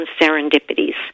serendipities